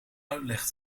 uitleg